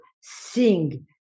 sing